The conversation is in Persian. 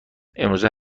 امروزه